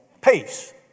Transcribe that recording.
Peace